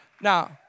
Now